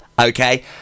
okay